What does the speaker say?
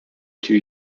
two